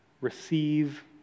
receive